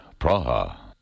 Praha